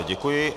Děkuji.